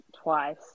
twice